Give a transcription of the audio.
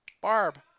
Barb